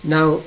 Now